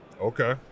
Okay